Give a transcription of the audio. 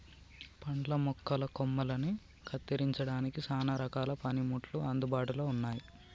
పండ్ల మొక్కల కొమ్మలని కత్తిరించడానికి సానా రకాల పనిముట్లు అందుబాటులో ఉన్నాయి